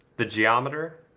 the geometer,